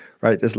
right